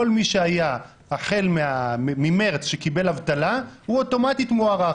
כל מי שקיבל אבטלה החל ממרס, הוא אוטומטית מוארך.